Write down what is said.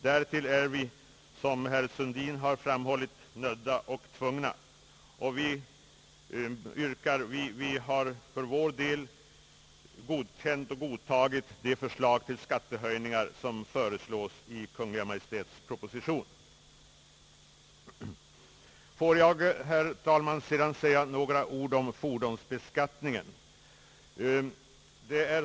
Därtill är vi, som herr Sundin uttryckt det, nödda och tvungna, och vi har för vår del godtagit förslagen till skattehöjningar i Kungl. Maj:ts proposition. Låt mig sedan, herr talman, säga några ord om fordonsbeskattningen.